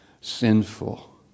sinful